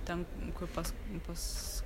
ten kur pas pas